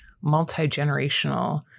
multi-generational